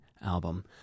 album